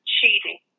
Cheating